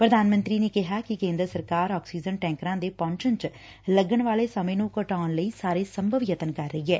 ਪ੍ਰਧਾਨ ਮੰਤਰੀ ਨੇ ਕਿਹਾ ਕਿ ਕੇਦਰ ਸਰਕਾਰ ਆਕਸੀਜਨ ਟੈਕਰਾ ਦੇ ਪਹੁੰਚਣ ਚ ਲੱਗਣ ਵਾਲੇ ਸਮੇ ਨੂੰ ਘਟਾਉਣ ਲਈ ਸਾਰੇ ਸੰਭਵ ਯਤਨ ਕਰ ਰਹੀ ਐ